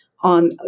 on